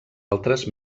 altres